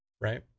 right